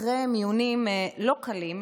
אחרי מיונים לא קלים,